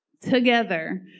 Together